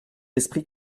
esprit